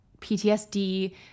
ptsd